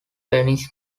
dennis